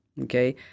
okay